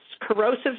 corrosive